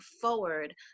forward